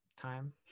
time